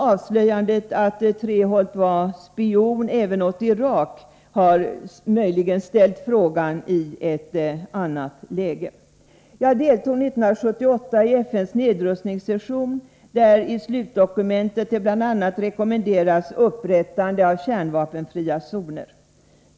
Avslöjandet att Arne Treholt även spionerade för Irak har möjligen gjort att frågan kommit i ett annat läge. Jag vill dock redovisa mina motiv. Jag deltog 1978 i FN:s nedrustningssession, där det i slutdokumentet bl.a. rekommenderades upprättande av kärnvapenfria zoner.